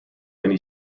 many